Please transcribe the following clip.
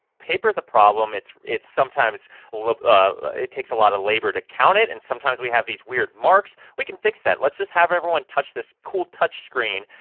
paper is a problem. it's it's sometimes ah it takes a lot of labor to count it. and sometimes we have these weird marks. we can fix that. let's just have everyone touch this cool touch screen,